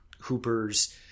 Hooper's